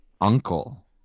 Uncle